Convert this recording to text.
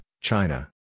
China